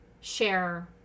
share